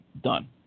done